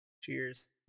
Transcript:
Cheers